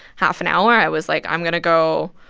half an hour. i was, like, i'm going to go,